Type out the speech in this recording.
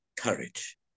courage